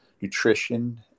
nutrition